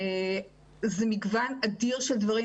זה מגוון אדיר של דברים,